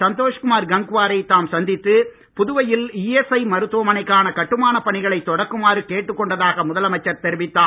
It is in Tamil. சந்தோஷ்குமார் கங்வாரை தாம் சந்தித்து புதுவையில் இஎஸ்ஐ மருத்துவமனைக்கான கட்டுமானப் பணிகளை தொடக்குமாறு கேட்டுக் கொண்டதாக முதலமைச்சர் தெரிவித்தார்